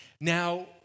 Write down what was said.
now